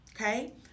okay